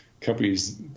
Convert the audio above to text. companies